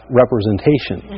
representation